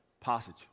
passage